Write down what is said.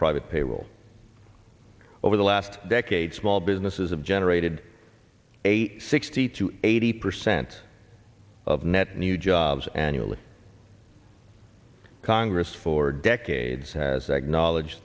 private payroll over the last decade small businesses have generated a sixty to eighty percent of net new jobs annually congress for decades has acknowledge